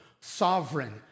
sovereign